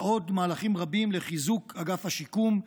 ועוד מהלכים רבים לחיזוק אגף השיקום,